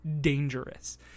dangerous